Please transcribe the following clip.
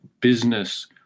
business